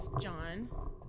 John